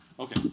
Okay